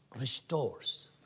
restores